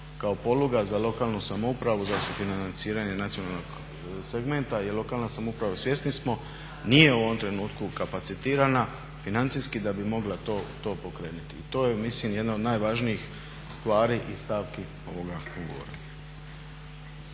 kao poluga za lokalnu samoupravu za sufinanciranje nacionalnog segmenta jer lokalna samouprava, svjesni smo, nije u ovom trenutku kapacitirana financijski da bi mogla to pokrenuti i to je mislim jedna od najvažnijih stvari i stavki ovoga ugovora.